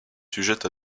sujette